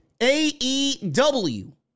AEW